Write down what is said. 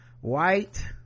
white